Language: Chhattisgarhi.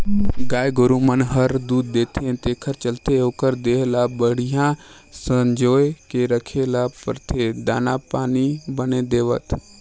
गाय गोरु मन हर दूद देथे तेखर चलते ओखर देह ल बड़िहा संजोए के राखे ल परथे दाना पानी बने देवत